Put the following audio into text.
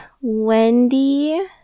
Wendy